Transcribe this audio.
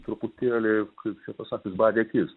truputėlį kaip čia pasakius badė akis